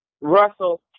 Russell